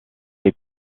est